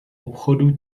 obchodu